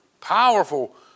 powerful